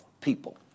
people